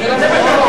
אם זה מה שרוצים,